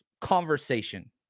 conversation